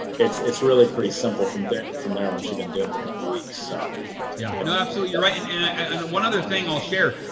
it's it's really pretty simple from there from there once you've been doing it a couple of weeks. hal so yeah you know absolutely, you're right. and and i mean one other thing i'll share.